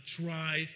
try